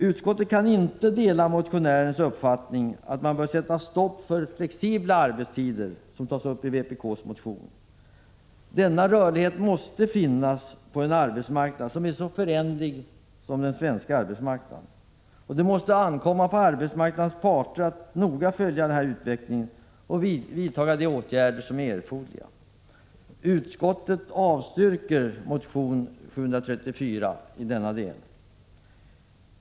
Utskottet kan inte dela uppfattningen att man bör sätta stopp för flexibla arbetstider, en uppfattning som förs fram i vpk:s motion. Denna rörlighet måste finnas på en arbetsmarknad som är så föränderlig som den svenska. Det måste ankomma på arbetsmarknadens parter att noga följa denna utveckling och vidtaga de åtgärder som är erforderliga.